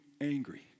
angry